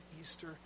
Easter